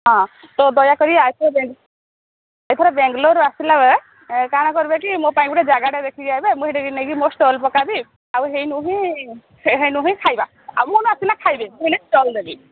ହଁ ତ ଦୟାକରି ଆ ଏଥରେ ବେଙ୍ଗଲୋରରୁ ଆସିଲା ବେଳେ କାଣା କରିବେ କି ମୋ ପାଇଁ ଗୋଟେ ଜାଗାଟା ଦେଖିକି ଆଇବେ ମୁଁଇ ସେଇଠି ନେଇକି ମୋ ଷ୍ଟଲ ପକାବି ଆଉ ହେଇ ନୁ ହିଁ ହେଇ ନୁ ହିଁ ଖାଇବା ଆଉ ମୁଁ ଆସଲେ ଖାଇବେ ମୁ ଷ୍ଟଲ ଦେବି